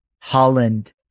Holland